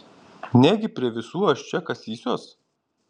negi prie visų aš čia kasysiuos